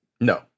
No